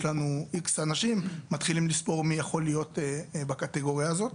יש לנו איקס אנשים - מתחילים לספור מי יכול להיות בקטגוריה הזאת.